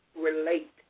relate